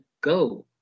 go